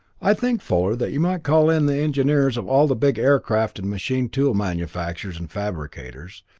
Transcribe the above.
i think, fuller, that you might call in the engineers of all the big aircraft and machine tool manufacturers and fabricators,